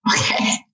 Okay